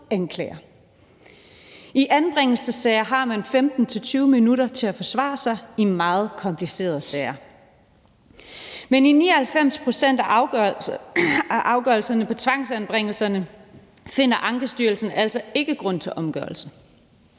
I anbringelsessager har man 15-20 minutter til at forsvare sig i meget komplicerede sager. Men i 99 pct. af de påklagede afgørelser om tvangsanbringelse finder Ankestyrelsen altså ikke grund til omgørelse.